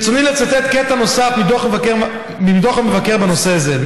ברצוני לצטט קטע נוסף מדוח המבקר בנושא זה,